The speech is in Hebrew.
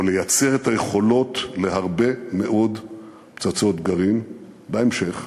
לייצר את היכולות להרבה מאוד פצצות גרעין בהמשך,